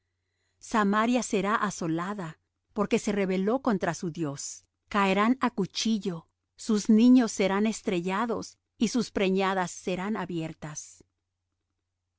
samaria será asolada porque se rebeló contra su dios caerán á cuchillo sus niños serán estrellados y su preñadas serán abiertas